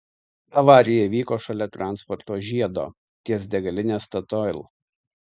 avarija įvyko šalia transporto žiedo ties degaline statoil